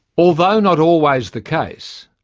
although not always the case,